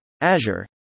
Azure